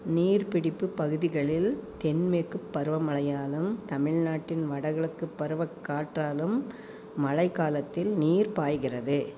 நீர்ப்பிடிப்புப் பகுதிகளில் தென்மேற்குப் பருவ மழையாலும் தமிழ்நாட்டின் வடகிழக்குப் பருவக்காற்றாலும் மழைக்காலத்தில் நீர் பாய்கிறது